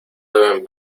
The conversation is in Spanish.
deben